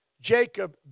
Jacob